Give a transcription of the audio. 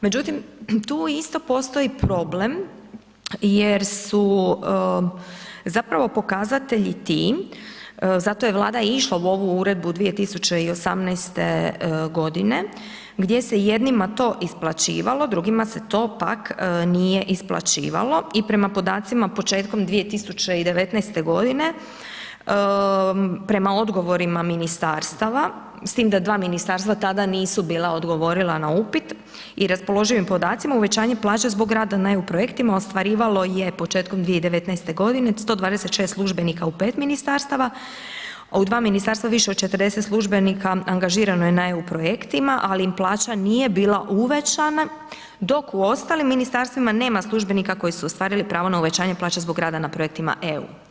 Međutim, tu isto postoji problem jer su zapravo pokazatelji ti, zato je Vlada i išla u ovu uredbu 2018.g. gdje se jednima to isplaćivalo, drugima se to pak nije isplaćivalo i prema podacima početkom 2019.g., prema odgovorima ministarstava, s tim da dva ministarstva tada nisu bila odgovorila na upit, i raspoloživim podacima uvećanje plaća zbog rada na EU projektima ostvarivalo je početkom 2019.g. 126 službenika u 5 ministarstava, a u 2 ministarstva više od 40 službenika angažirano je na EU projektima, ali im plaća nije bila uvećana, dok u ostalim ministarstvima nema službenika koji su ostvarili pravo na uvećanje plaća zbog rada na projektima EU.